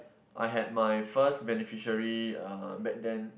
I had my first beneficiary uh back then